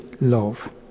love